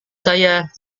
saya